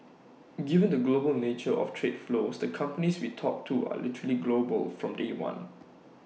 given the global nature of trade flows the companies we talk to are literally global from day one